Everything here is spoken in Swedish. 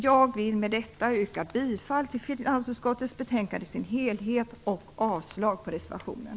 Jag vill med detta yrka bifall till hemställan i finansutskottets betänkande i dess helhet och avslag på reservationen.